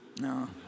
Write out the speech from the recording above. No